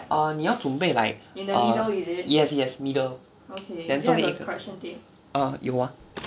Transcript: err 你要准备 like err yes yes middle then 中间一个 uh 有啊